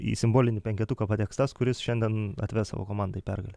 į simbolinį penketuką pateks tas kuris šiandien atves savo komandai pergalę